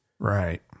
Right